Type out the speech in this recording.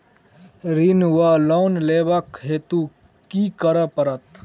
ऋण वा लोन लेबाक हेतु की करऽ पड़त?